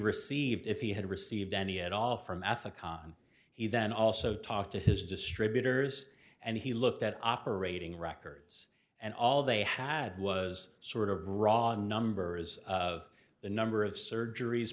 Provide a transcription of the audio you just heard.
received if he had received any at all from ethicon he then also talked to his distributors and he looked at operating records and all they had was sort of raw numbers of the number of surgeries